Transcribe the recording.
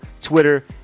twitter